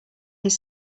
his